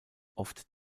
oft